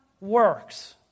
works